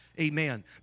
Amen